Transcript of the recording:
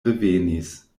revenis